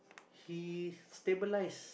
he stabilizers